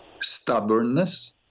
stubbornness